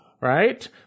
right